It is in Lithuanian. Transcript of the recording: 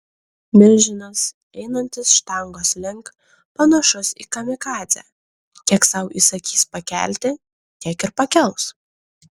milžinas einantis štangos link panašus į kamikadzę kiek sau įsakys pakelti tiek ir pakels